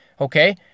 okay